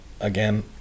again